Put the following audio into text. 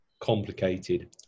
complicated